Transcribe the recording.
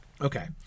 Okay